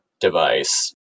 device